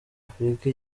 afurika